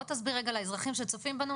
בוא תסביר רגע לאזרחים שצופים בנו,